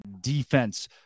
defense